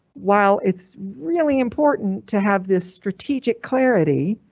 while it's really important to have this strategic clarity,